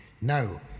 No